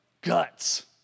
guts